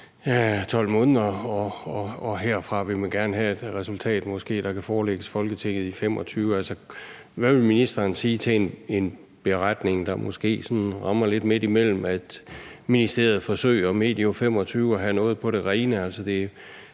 om 12 måneder, og herfra vil man gerne have et resultat, der kan forelægges Folketinget i 2025. Hvad vil ministeren sige til en beretning, der måske sådan rammer lidt midt imellem, altså at ministeriet forsøger medio 2025 at have noget på det rene.